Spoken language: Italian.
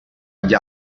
gli